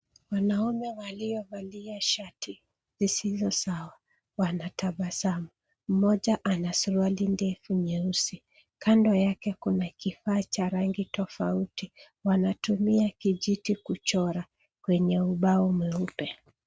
Wanaume waliovalia shati zisizo sawa, wanatabasamu. Mmoja ana suruali ndefu nyeusi. Kando yake kuna kifaa cha rangi tofauti. Wanatumia kijiti kuchora kwenye ubao mweupe.